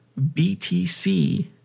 BTC